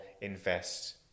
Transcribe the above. invest